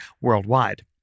worldwide